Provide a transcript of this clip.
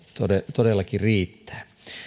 todellakin riittää